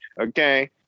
Okay